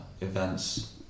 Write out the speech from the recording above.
events